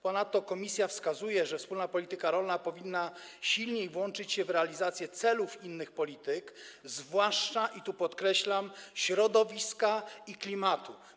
Ponadto Komisja wskazuje, że wspólna polityka rolna powinna silniej włączyć się w realizację celów innych polityk, zwłaszcza, co podkreślam, środowiska i klimatu.